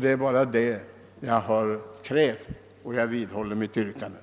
Det är bara det jag har krävt. Jag vidhåller mitt yrkande.